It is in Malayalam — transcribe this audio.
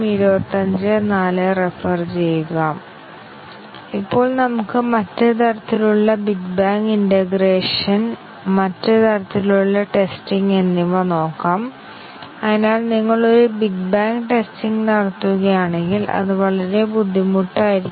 ഒരു മ്യൂട്ടേഷൻ ചെയ്ത പ്രോഗ്രാമിന് ലളിതമായ ഒരു ബഗ് ഉണ്ട് ഇപ്പോൾ ടെസ്റ്റ് കേസ് പ്രവർത്തിപ്പിക്കുന്നു കൂടാതെ ടെസ്റ്റ് കേസുകൾ പ്രവർത്തിപ്പിക്കാൻ ഇത് വളരെ ഉപയോഗം ചെയ്യുന്നു